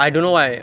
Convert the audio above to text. orh